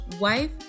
wife